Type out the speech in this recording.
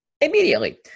immediately